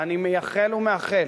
ואני מייחל ומאחל